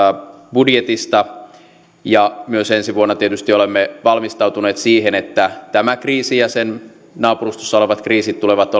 budjetista ja myös ensi vuonna tietysti olemme valmistautuneet siihen että tämä kriisi ja sen naapurustossa olevat kriisit tulevat